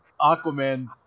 Aquaman